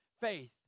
faith